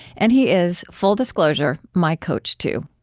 and he is, full disclosure, my coach, too.